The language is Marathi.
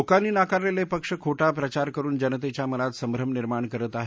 लोकांनी नाकारलेले पक्ष खोता प्रचार करुन जनतेच्या मनात संभ्रम निर्माण करत आहेत